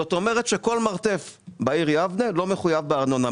זאת אומרת שכל מרתף בעיר יבנה לא מחויב בארנונה.